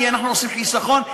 כי אנחנו עושים חיסכון.